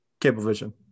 Cablevision